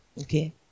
Okay